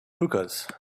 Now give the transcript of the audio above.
hookahs